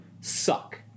suck